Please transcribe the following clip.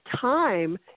time